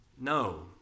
No